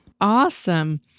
Awesome